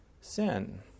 sin